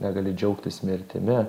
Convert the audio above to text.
negali džiaugtis mirtimi